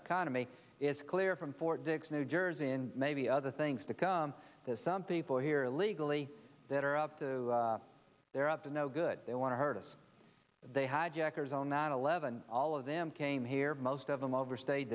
economy is clear from fort dix new jersey and maybe other things to come there's some people here illegally that are up to they're up to no good they want to hurt us they hijackers on nine eleven all of them came here most of them overstay